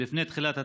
לפני תחילת הצום,